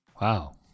Wow